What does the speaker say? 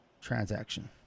Transaction